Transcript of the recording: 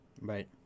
Right